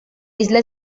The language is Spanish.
isla